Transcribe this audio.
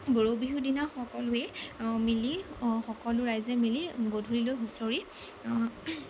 গৰু বিহুৰদিনা সকলোৱে মিলি সকলো ৰাইজে মিলি গধূলিলৈ হুঁচৰি